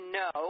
no